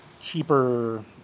cheaper